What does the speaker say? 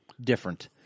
different